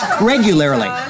regularly